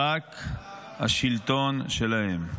רק השלטון שלהם.